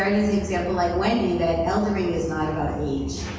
jared is an example, like wendy, that eldering is not about age.